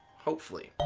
hopefully.